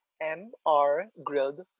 M-R-Grilled